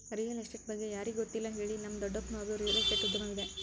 real estate ಬಗ್ಗೆ ಯಾರಿಗೆ ಗೊತ್ತಿಲ್ಲ ಹೇಳಿ, ನಮ್ಮ ದೊಡ್ಡಪ್ಪನವರದ್ದು ರಿಯಲ್ ಎಸ್ಟೇಟ್ ಉದ್ಯಮವಿದೆ